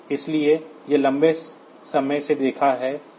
इसलिए यह हमने लंबे समय से देखा है